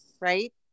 right